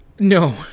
No